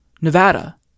Nevada